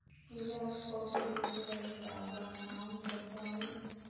कीड़ा पकरिले दाबा नाम बाताउ?